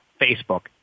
Facebook